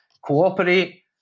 Cooperate